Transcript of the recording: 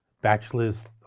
bachelor's